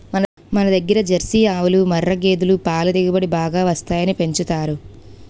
మనదగ్గర జెర్సీ ఆవులు, ముఱ్ఱా గేదులు పల దిగుబడి బాగా వస్తాయని పెంచుతారు